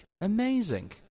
Amazing